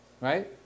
Right